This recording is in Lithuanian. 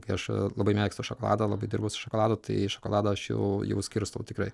kai aš labai mėgstu šokoladą labai dirbu su šokoladu tai šokoladą aš jau jau skirstau tikrai